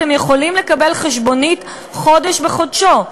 אתם יכולים לקבל חשבונית חודש בחודשו,